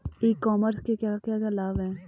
ई commerce के क्या क्या लाभ हैं?